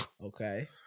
Okay